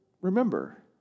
remember